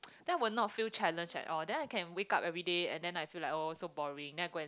that will not feel challenge at all then I can wake up everyday and then I feel like oh so boring then I go and